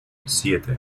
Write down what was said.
siete